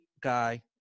guy